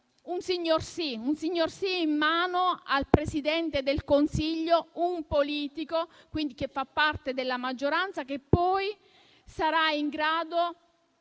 soltanto un signor sì, in mano al Presidente del Consiglio, quindi un politico che fa parte della maggioranza, che poi sarà in grado